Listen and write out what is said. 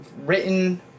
written